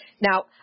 Now